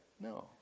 No